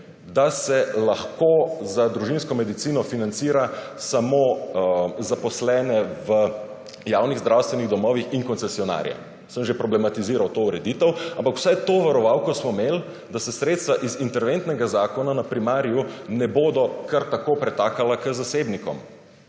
da se lahko za družinsko medicino financira samo zaposlene v javnih zdravstvenih domovih in koncesionarjem. Sem že problematiziral to ureditev, ampak vsaj to varovalko smo imeli, da se sredstva iz interventnega zakona na primariju ne bodo kar tako pretakala k zasebnikom,